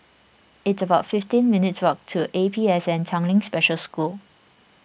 it's about fifteen minutes' walk to APSN Tanglin Special School